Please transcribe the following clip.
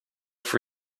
for